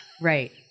right